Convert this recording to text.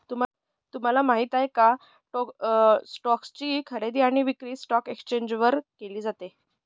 तुम्हाला माहिती आहे का? स्टोक्स ची खरेदी आणि विक्री स्टॉक एक्सचेंज वर केली जाते